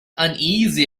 uneasy